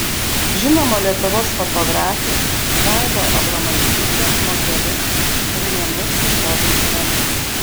žinoma lietuvos fotografė vaiva abromaitytė moteris kuri nemėgsta stovinčio vandens